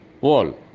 wall